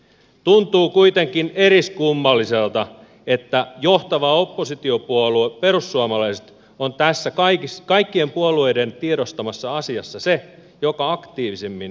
tuntuu kuitenkin eriskummalliselta että johtava oppositiopuolue perussuomalaiset on tässä kaikkien puolueiden tiedostamassa asiassa se joka aktiivisimmin etsii ulospääsyä